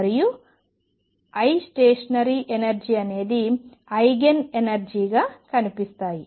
మరియు I stationary energy అనేది eigen energy గా కనిపిస్తాయి